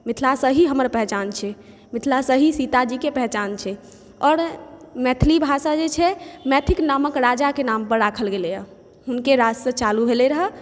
मिथिलासँ ही हमर पहिचान छै मिथिलासँ ही सीताजीके पहिचान छै आओर मैथिली भाषा जे छै मैथिक नामक राजाके नामपर राखल गेल यऽ हुनके राजसँ चालु भेल रहै रऽ